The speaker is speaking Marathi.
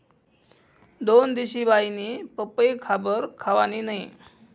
दोनदिशी बाईनी पपई काबरं खावानी नै